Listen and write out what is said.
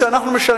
למרות שאנחנו גרים